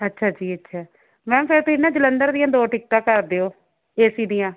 ਅੱਛਾ ਜੀ ਅੱਛਾ ਮੈਮ ਫਿਰ ਤੁਸੀਂ ਨਾ ਜਲੰਧਰ ਦੀਆਂ ਦੋ ਟਿਕਟਾਂ ਕਰ ਦਿਓ ਏਸੀ ਦੀਆਂ